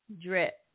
drip